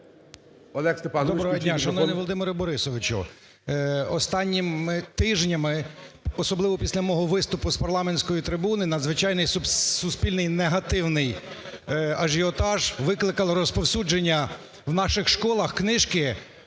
МУСІЙ О.С. Доброго дня! Шановний Володимире Борисовичу, останніми тижнями, особливо після мого виступу з парламентської трибуни, надзвичайний суспільний негативний ажіотаж викликало розповсюдження в наших школах книжки